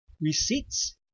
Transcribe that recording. receipts